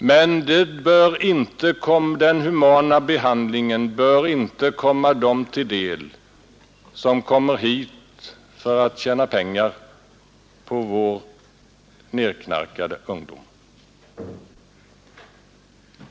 Men den humana behandlingen bör inte komma dem till del som begivit sig hit för att tjäna pengar på vår nedknarkade ungdom.